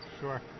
Sure